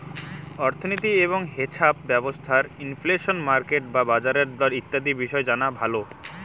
অর্থনীতি এবং হেছাপ ব্যবস্থার ইনফ্লেশন, মার্কেট বা বাজারের দর ইত্যাদি বিষয় জানা ভালো